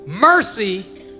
Mercy